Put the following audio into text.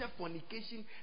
fornication